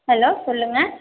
hello சொல்லுங்க